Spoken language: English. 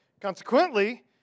Consequently